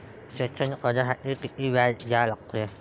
शैक्षणिक कर्जासाठी किती व्याज द्या लागते?